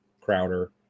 Crowder